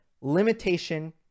limitation